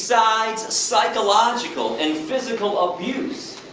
besides psychological and physical abuse,